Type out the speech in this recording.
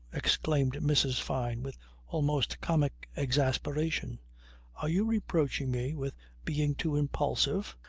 exclaimed mrs. fyne with almost comic exasperation are you reproaching me with being too impulsive?